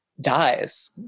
dies